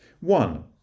One